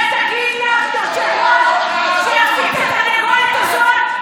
ותגיד ליושב-ראש שיפסיק את התרנגולת הזאת?